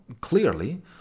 clearly